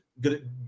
Good